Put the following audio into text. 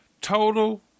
total